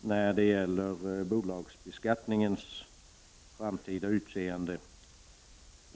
när det gäller bolagsbeskattningens framtida utseende.